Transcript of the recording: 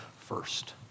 first